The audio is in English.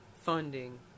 funding